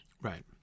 Right